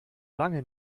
lange